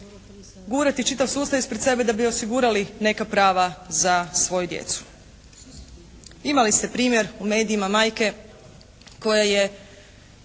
gurati čitav sustav ispred sebe da bi osigurali neka prava za svoju djecu. Imali ste primjer u medijima majke koja je